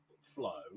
flow